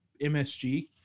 MSG